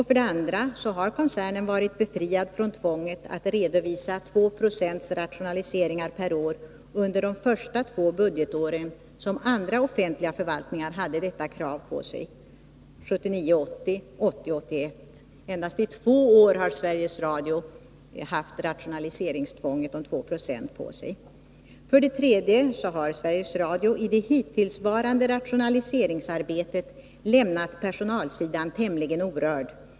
För det andra har koncernen varit befriad från tvånget att redovisa 2 9o rationaliseringar per år under de första två budgetåren, då andra offentliga förvaltningar hade detta krav på sig, dvs. 1979 81. Endast under två år har Sveriges Radio haft tvånget att rationalisera 2 90. För det tredje har Sveriges Radio i det hittillsvarande rationaliseringsarbetet lämnat personalsidan tämligen orörd.